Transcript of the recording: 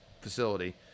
facility